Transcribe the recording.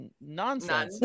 Nonsense